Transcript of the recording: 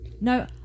No